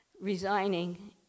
resigning